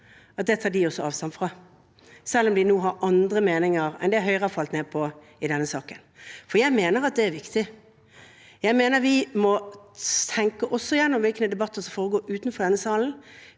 at det tar de også avstand fra, selv om de nå har andre meninger enn det Høyre har falt ned på i denne saken. For jeg mener at det er viktig. Jeg mener at vi også må tenke gjennom hvilke debatter som foregår utenfor denne salen,